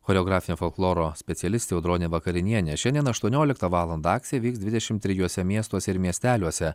choreografė folkloro specialistė audronė vakarinienė šiandien aštuonioliktą valandą akcija vyks dvidešimt trijuose miestuose ir miesteliuose